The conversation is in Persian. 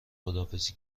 خداحافظی